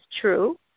true